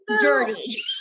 dirty